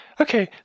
Okay